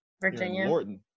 Virginia